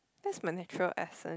that is my natural accent